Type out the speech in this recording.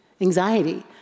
anxiety